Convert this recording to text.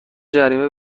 جریمه